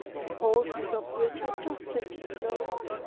the falseness of which had just been disclosed.